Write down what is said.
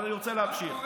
אבל אני רוצה להמשיך.